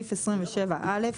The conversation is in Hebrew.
בסעיף 27(א),